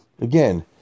Again